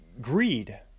greed